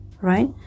right